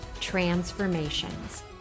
transformations